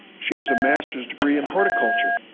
she has a master's degree in horticulture.